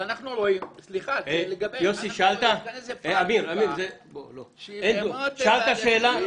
שתי הערות קצרות ושאלה.